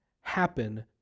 happen